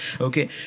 Okay